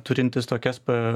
turintys tokias pa